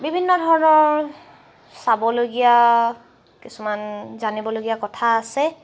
বিভিন্ন ধৰণৰ চাবলগীয়া কিছুমান জানিবলগীয়া কথা আছে